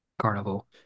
carnival